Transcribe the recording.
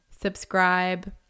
subscribe